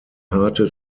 harte